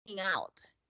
out